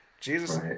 Jesus